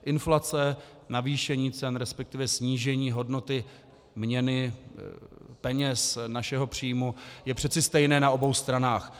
Inflace, navýšení cen, resp. snížení hodnoty měny, peněz, našeho příjmu, je přece stejné na obou stranách.